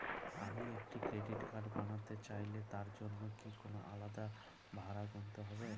আমি একটি credit card বানাতে চাইলে তার জন্য কি কোনো আলাদা ভাড়া গুনতে হবে?